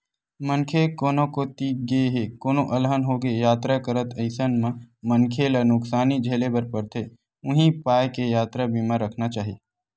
मनखे कोनो कोती गे हे कोनो अलहन होगे यातरा करत अइसन म मनखे ल नुकसानी झेले बर परथे उहीं पाय के यातरा बीमा रखना चाही